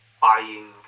buying